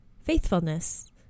Faithfulness